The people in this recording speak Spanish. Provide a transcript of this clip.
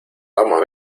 vamos